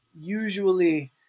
usually